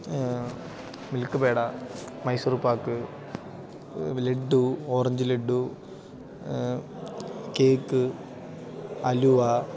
milk peda Mysore pak laddu orange laddu cake halwa